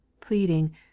pleading